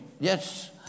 yes